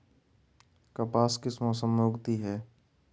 कपास किस मौसम में उगती है?